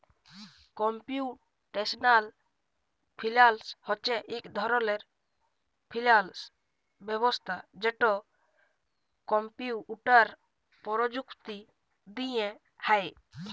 computational finance হছে ইক ধরলের ফিল্যাল্স ব্যবস্থা যেট কম্পিউটার পরযুক্তি দিঁয়ে হ্যয়